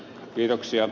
kiitoksia